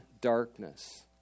darkness